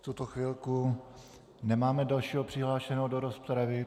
V tuto chvilku nemáme dalšího přihlášeného do rozpravy.